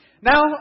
Now